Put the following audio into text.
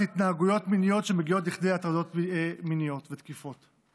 להתנהגויות מיניות שמגיעות לכדי הטרדות מיניות ותקיפות.